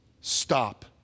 stop